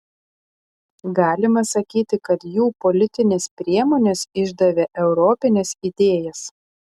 galima sakyti kad jų politinės priemonės išdavė europines idėjas